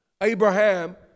Abraham